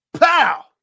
pow